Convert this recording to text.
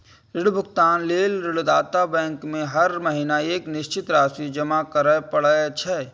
ऋण भुगतान लेल ऋणदाता बैंक में हर महीना एक निश्चित राशि जमा करय पड़ै छै